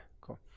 cool